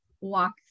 walk